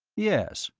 yes.